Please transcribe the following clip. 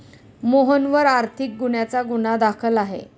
मोहनवर आर्थिक गुन्ह्याचा गुन्हा दाखल आहे